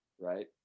right